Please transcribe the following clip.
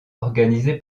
organisé